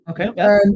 Okay